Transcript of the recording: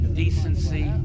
decency